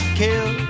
kill